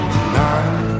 Tonight